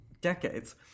decades